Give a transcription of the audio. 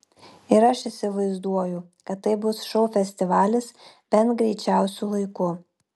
ir aš įsivaizduoju kad tai bus šou festivalis bent greičiausiu laiku